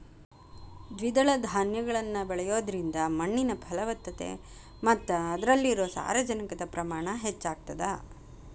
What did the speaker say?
ದ್ವಿದಳ ಧಾನ್ಯಗಳನ್ನ ಬೆಳಿಯೋದ್ರಿಂದ ಮಣ್ಣಿನ ಫಲವತ್ತತೆ ಮತ್ತ ಅದ್ರಲ್ಲಿರೋ ಸಾರಜನಕದ ಪ್ರಮಾಣ ಹೆಚ್ಚಾಗತದ